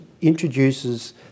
introduces